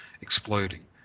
exploding